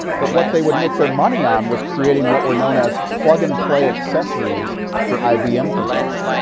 but what they would make their money on was creating what were known as plug and play accessories for ibm computers.